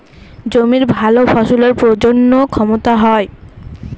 জমির ভালো ফসলের প্রজনন ক্ষমতা হয়